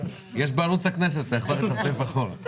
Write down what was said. " האם למישהו יש הערות לגבי הצו בעקבות ההסברים ששמענו?